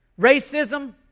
Racism